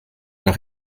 nach